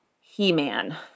He-Man